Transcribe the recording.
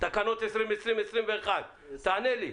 תקנות 2020 ו-2021, תענה לי.